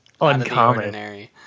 uncommon